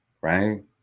right